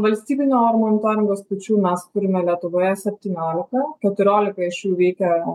valstybinio monitoringo stočių mes turime lietuvoje septyniolika keturiolika iš jų veikia